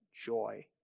joy